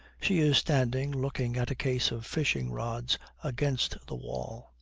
she is standing looking at a case of fishing-rods against the wall.